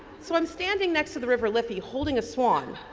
so, i'm standing next to the river liffey holding a swan